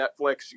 Netflix